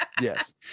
Yes